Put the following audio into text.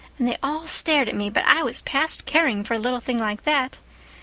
and they all stared at me, but i was past caring for a little thing like that.